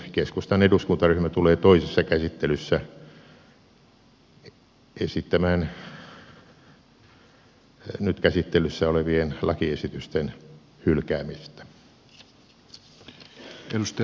keskustan eduskuntaryhmä tulee toisessa käsittelyssä esittämään nyt käsittelyssä olevien lakiesitysten hylkäämistä